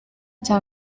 cya